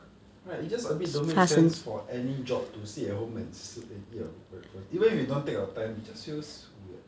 right it just a bit don't make sense for any job to sit at home and eat your breakfast even if you don't take your time it just feels weird